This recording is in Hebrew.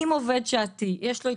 באדר התשפ"ב, השעה 9:00 בבוקר.